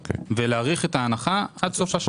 ולהאריך את ההנחה עד סוף השנה.